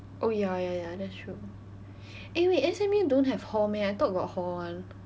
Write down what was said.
oh ya ya ya that's true eh wait S_M_U don't have hall meh I thought got hall [one]